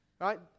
right